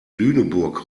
lüneburg